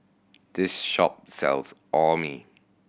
this shop sells Orh Nee